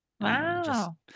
Wow